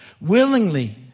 willingly